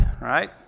right